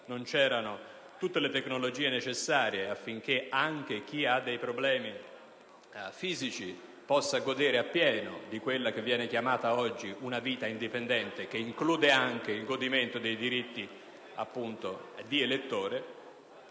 non c'erano tutte le tecnologie necessarie affinché anche chi ha problemi fisici potesse godere appieno di quella che viene chiamata oggi una vita indipendente, che include anche il godimento dei diritti di elettore.